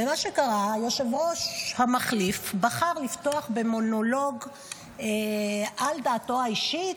מה שקרה: היושב-ראש המחליף בחר לפתוח במונולוג על דעתו האישית.